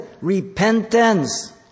repentance